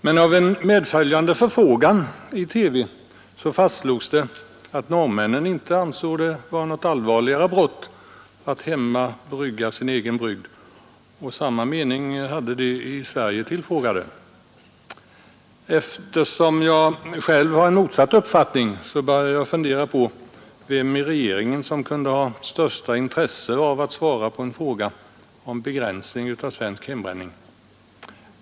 Men i utfrågningen i samband med TV-programmet fastslogs det att norrmännen inte ansåg det vara något allvarligare brott att hemma brygga sin egen brygd, och samma mening hade de i Sverige tillfrågade. Eftersom jag själv har motsatt uppfattning, började jag fundera på vem i regeringen som kunde ha största intresset av att svara på en fråga om begränsning av svensk hembränning.